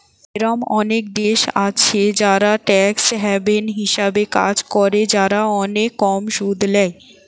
এরোম অনেক দেশ আছে যারা ট্যাক্স হ্যাভেন হিসাবে কাজ করে, যারা অনেক কম সুদ ল্যায়